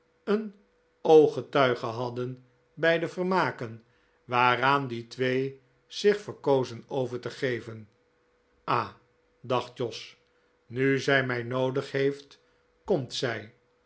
een ooggetuige hadden bij de vermaken waaraan die twee zich verkozen over te geven ah dacht jos nu zij mij noodig heeft komt zij